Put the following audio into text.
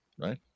Right